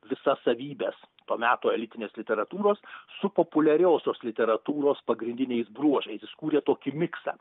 visas savybes to meto elitinės literatūros su populiariosios literatūros pagrindiniais bruožais jis kūrė tokį miksą